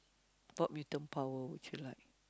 what mutant power would you like